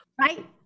right